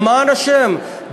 למען השם,